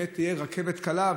באמת תהיה רכבת קלה,